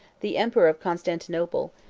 the emperor of constantinople,